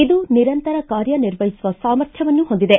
ಇದು ನಿರಂತರ ಕಾರ್ಯ ನಿರ್ವಹಿಸುವ ಸಾಮರ್ಥ್ಯವನ್ನೂ ಹೊಂದಿದೆ